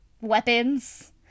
weapons